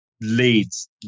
leads